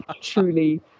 truly